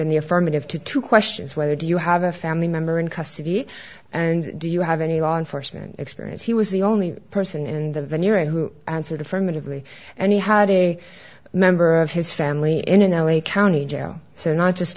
in the affirmative to two questions where do you have a family member in custody and do you have any law enforcement experience he was the only person in the venue who answered affirmatively and he had a member of his family in an l a county jail so not just